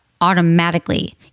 automatically